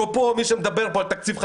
אתה צריך להעביר את התקציב ביום ה-100.